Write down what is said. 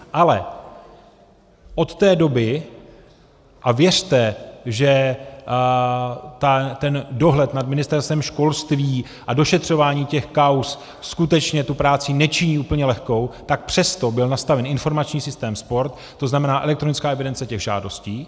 Ale od té doby, a věřte, že ten dohled nad Ministerstvem školství a došetřování těch kauz skutečně tu práci nečiní úplně lehkou, tak přesto byl nastaven informační systém Sport, to znamená elektronická evidence těch žádostí.